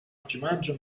piumaggio